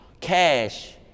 Cash